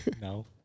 No